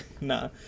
Nah